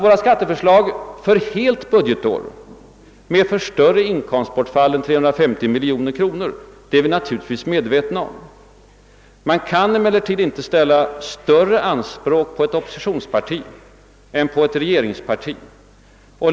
år medför större inkomstbortfall än 350 miljoner kronor är vi naturligtvis medvetna om. Man kan emellertid inte ställa större anspråk på ett oppositionsparti än på ett regeringsparti.